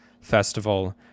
festival